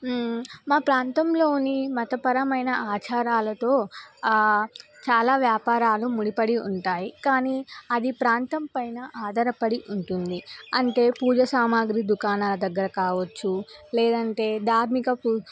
మా ప్రాంతంలోని మతపరమైన ఆచారాలతో చాలా వ్యాపారాలు ముడిపడి ఉంటాయి కానీ అది ప్రాంతం పైన ఆధారపడి ఉంటుంది అంటే పూజా సామాగ్రి దుకాణాల దగ్గర కావచ్చు లేదంటే ధార్మిక ప